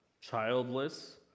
childless